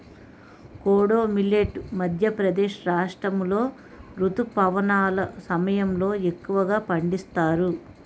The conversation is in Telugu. కోడో మిల్లెట్ మధ్యప్రదేశ్ రాష్ట్రాములో రుతుపవనాల సమయంలో ఎక్కువగా పండిస్తారు